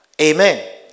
Amen